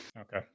Okay